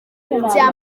bya